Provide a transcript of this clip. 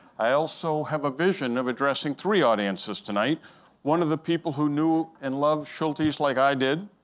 i also have a vision of addressing three audiences tonight one of the people who knew and loved schultes like i did.